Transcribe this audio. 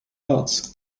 lots